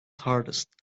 hardest